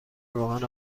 روغن